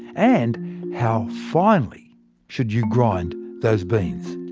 and how finely should you grind those beans?